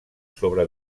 sobre